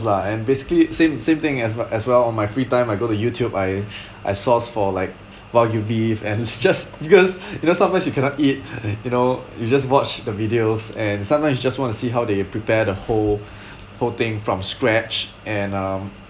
lah and basically same same thing as well as well on my free time I go to youtube I I source for like wagyu beef and it's just because because sometimes you cannot eat you know you just watch the videos and sometimes you just want to see how they prepare the whole whole thing from scratch and um